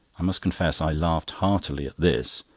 i must confess i laughed heartily at this.